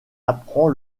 apprend